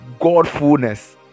Godfulness